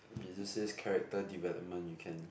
is it says character development you can